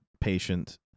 patient